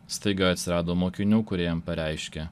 staiga atsirado mokinių kuriem pareiškė